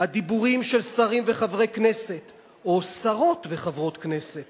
"הדיבורים של שרים וחברי כנסת או שרות וחברות כנסת